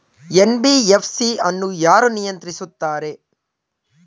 NBFC ಅನ್ನು ಯಾರು ನಿಯಂತ್ರಿಸುತ್ತಾರೆ?